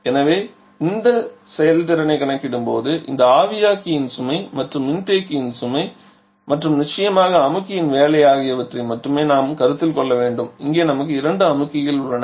எனவே இதன் செயல்திறனைக் கணக்கிடும்போது இந்த ஆவியாக்கி சுமை மற்றும் இந்த மின்தேக்கி சுமை மற்றும் நிச்சயமாக அமுக்கி வேலை ஆகியவற்றை மட்டுமே நாம் கருத்தில் கொள்ள வேண்டும் இங்கே நமக்கு இரண்டு அமுக்கிகள் உள்ளன